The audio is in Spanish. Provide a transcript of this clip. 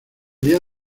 día